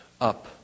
up